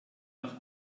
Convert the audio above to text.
noch